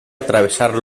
atravesar